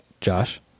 Josh